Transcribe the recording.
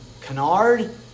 Canard